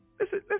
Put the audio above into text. Listen